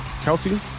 Kelsey